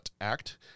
Act